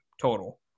total